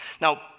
Now